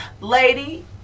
Lady